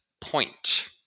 point